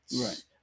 Right